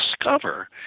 discover